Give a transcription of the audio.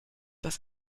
dass